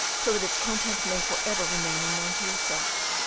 so that its contents may for ever remain unknown to yourself.